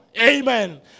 Amen